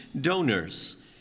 donors